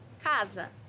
Casa